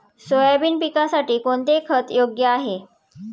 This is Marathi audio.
सोयाबीन पिकासाठी कोणते खत योग्य आहे?